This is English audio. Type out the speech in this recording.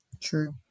True